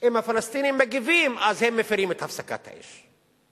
אם הפלסטינים מגיבים, אז הם מפירים את הפסקת האש.